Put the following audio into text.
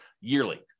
yearly